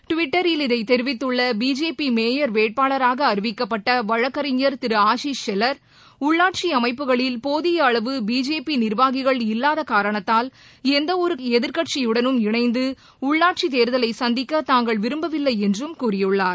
டுவிட்டரில் இதைத் தெரிவித்துள்ள பிஜேபி மேயர் வேட்பாளராக அறிவிக்கப்பட்ட வழக்கறிஞர் திரு அசிஸ் ஷெல்லர் உள்ளாட்சி அமைப்புகளில் போதிய அளவு பிஜேபி நிர்வாகிகள் இல்லாத காரணத்தால் எந்தவொரு எதிர்க்கட்சியுடனும் இணைந்து உள்ளாட்சித் தேர்தலை சந்திக்க தாங்கள் விரும்பவில்லை என்றும் கூறியுள்ளார்